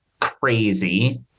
crazy